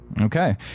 Okay